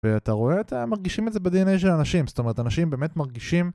ואתה רואה אתה מרגישים את זה בדי אנ איי של אנשים זאת אומרת אנשים באמת מרגישים